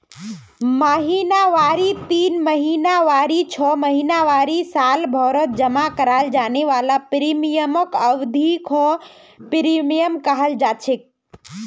महिनावारी तीन महीनावारी छो महीनावारी सालभरत जमा कराल जाने वाला प्रीमियमक अवधिख प्रीमियम कहलाछेक